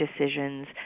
decisions